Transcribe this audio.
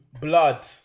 blood